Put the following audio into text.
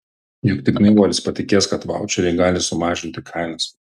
juk tik naivuolis patikės kad vaučeriai gali sumažinti kainas